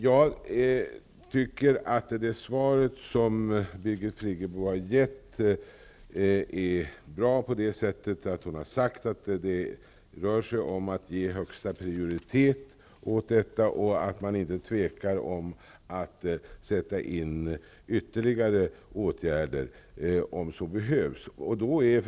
Jag tycker att det svar Birgit Friggebo har gett är bra på så sätt att hon har sagt att det är fråga om att ge lösandet av detta problem högsta prioritet och att man inte tvekar om att sätta in ytterligare åtgärder om så behövs.